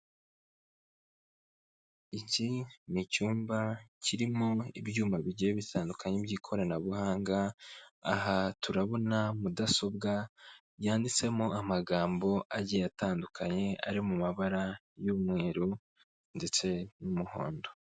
Iki ni icyumba kirimo ibyuma bigiye bitandukanye by'ikoranabuhanga, aha turabona mudasobwa yanditsemo amagambo agiye atandukanye ari mu mabara y'umweru ndetse n'umuhondo.